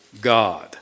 God